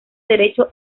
derecho